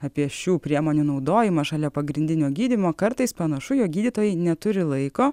apie šių priemonių naudojimą šalia pagrindinio gydymo kartais panašu jog gydytojai neturi laiko